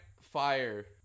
fire